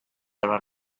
around